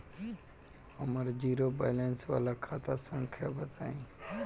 हमर zero balance वाला खाता संख्या बताई?